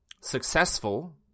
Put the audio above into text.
successful